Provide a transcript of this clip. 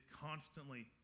constantly